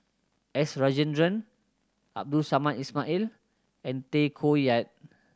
S Rajendran Abdul Samad Ismail and Tay Koh Yat